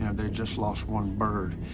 they'd just lost one bird,